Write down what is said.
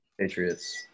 Patriots